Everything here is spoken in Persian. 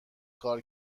کار